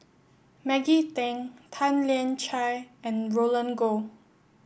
Maggie Teng Tan Lian Chye and Roland Goh